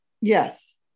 Yes